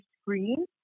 screen